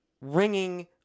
ringing